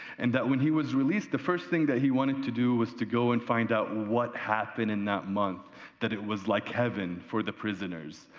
and that when he was released the first thing that he wanted to do was go and find out what happened in that month that it was like heaven for the prisoners,